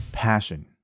passion